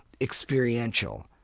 experiential